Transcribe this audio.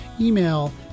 email